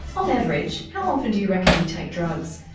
on average how often do you reckon you take drugs?